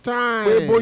time